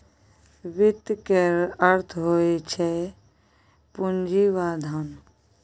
वित्त केर अर्थ होइ छै पुंजी वा धन